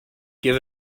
give